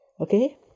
okay